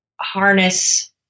harness